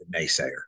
naysayer